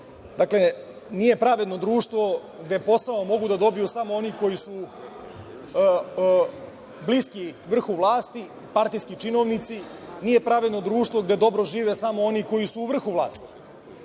nije pravedno društvo gde poslove mogu da dobiju samo oni koji su bliski vrhu vlasti, partijski činovnici, nije pravedno društvo gde dobro žive samo oni koji su u vrhu vlasti.